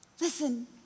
Listen